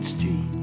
Street